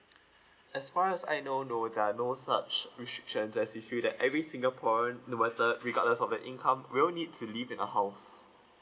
as far as I know no that no such restrictions as if you that every singaporean no matter regardless of the income we'll need to live in a house